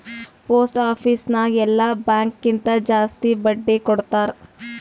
post office ನಾಗ್ ಎಲ್ಲಾ bank ಕಿಂತಾ ಜಾಸ್ತಿ ಬಡ್ಡಿ ಕೊಡ್ತಾರ್